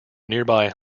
nearby